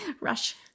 Rush